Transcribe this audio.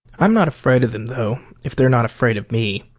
i'm not afraid of them, though, if they're not afraid of me.